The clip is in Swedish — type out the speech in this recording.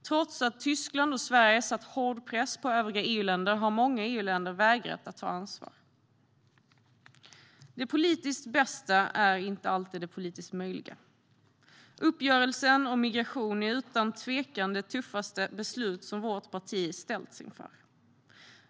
Trots att Tyskland och Sverige har satt hård press på övriga EU-länder har många av dem vägrat att ta ansvar. Det politiskt bästa är inte alltid det politiskt möjliga. Uppgörelsen om migration är utan tvekan det tuffaste beslut som vårt parti har ställts inför.